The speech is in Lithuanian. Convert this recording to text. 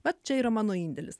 va čia yra mano indėlis